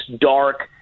dark